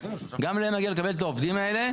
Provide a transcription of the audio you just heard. גם להם מגיע לקבל את העובדים האלה.